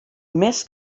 més